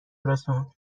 رسوند